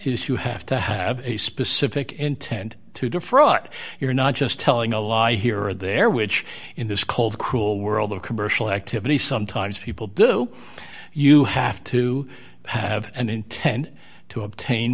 is you have to have a specific intent to defraud you're not just telling a lie here or there which in this cold cruel world of commercial activity sometimes people do you have to have and intend to obtain